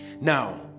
Now